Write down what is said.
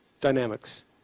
dynamics